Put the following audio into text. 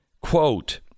Quote